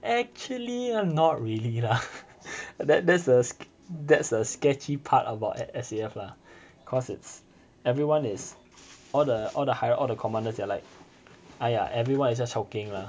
actually not really lah that that's the that's a sketchy part about S_A_F lah cause it's everyone is all the all the higher all the commanders they are like !aiya! everyone is just chao keng